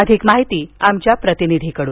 अधिक माहिती आमच्या प्रतिनिधीकडून